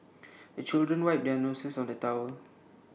the children wipe their noses on the towel